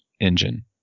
engine